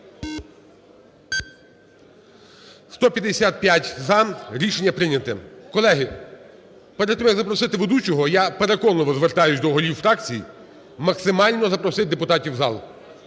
За-155 Рішення прийняте. Колеги, перед тим, як запросити ведучого, я переконливо звертаюсь до голів фракцій максимально запросити депутатів у зал.